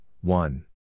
one